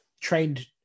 Trained